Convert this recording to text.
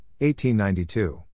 1892